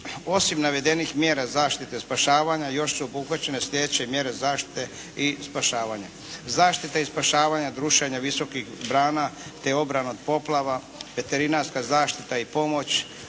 Osim navedenih mjera zaštite spašavanja još su obuhvaćene slijedeće mjere zaštite i spašavanja: zaštita i spašavanje od rušenja visokih brana, te obrana od poplava, veterinarska zaštita i pomoć,